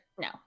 No